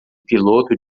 piloto